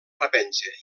revenja